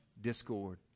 discord